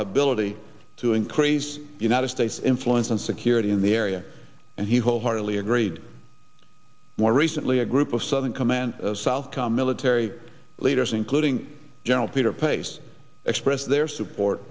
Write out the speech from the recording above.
ability to increase united states influence and security in the area and he wholeheartedly agreed more recently a group of southern command south com military leaders including general peter pace expressed their support